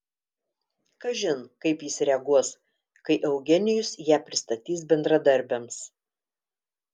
kažin kaip jis reaguos kai eugenijus ją pristatys bendradarbiams